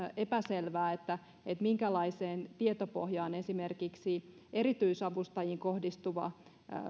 epäselvää minkälaista tietopohjaa esimerkiksi erityisavustajiin kohdistuva